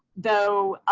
though,